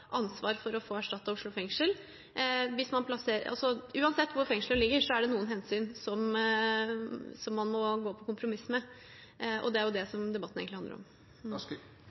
ansvar for å få erstattet Oslo fengsel. Uansett hvor fengselet ligger, er det noen hensyn som man må inngå kompromiss med. Det er det debatten egentlig handler om.